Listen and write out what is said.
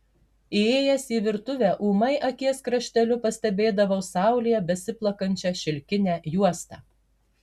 įėjęs į virtuvę ūmai akies krašteliu pastebėdavau saulėje besiplakančią šilkinę juostą